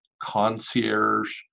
concierge